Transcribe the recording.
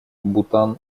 бутан